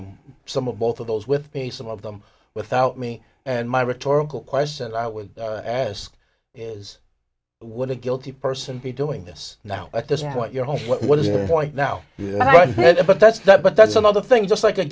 them some of both of those with me some of them without me and my rhetorical question i would ask is what a guilty person be doing this now at this point your whole what is the point now but that's that but that's another thing just like a